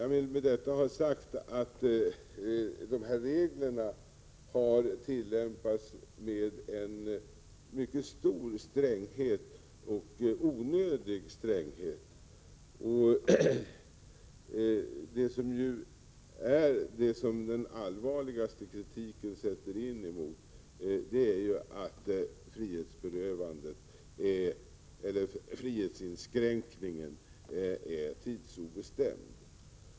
Jag vill med detta ha sagt att de här reglerna har tillämpats med en onödigt stor stränghet. Den allvarligaste kritiken sätts in mot att tiden för frihetsinskränkningen är obestämd.